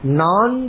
non